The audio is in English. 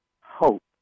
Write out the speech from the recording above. hope